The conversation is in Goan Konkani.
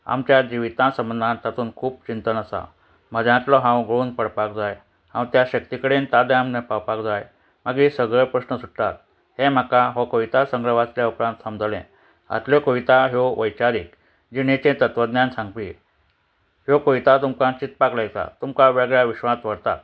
आमच्या जिविता संबंदान तातूंत खूब चिंतन आसा म्हज्यांतलो हांव गळून पडपाक जाय हांव त्या शक्ती कडेन ताद पावपाक जाय मागीर सगळे प्रस्न सुट्टात हे म्हाका हो कविता संग्रह वाचल्या उपरांत समजलें हातल्यो कविता ह्यो वैचारीक जिणेचें तत्वज्ञान सांगपी ह्यो कविता तुमकां चितपाक लायता तुमकां वेगळ्या विश्वासांत व्हरतात